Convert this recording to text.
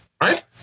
right